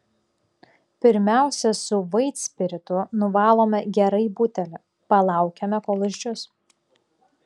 pirmiausia su vaitspiritu nuvalome gerai butelį palaukiame kol išdžius